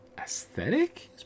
Aesthetic